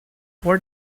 what